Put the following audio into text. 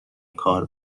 کار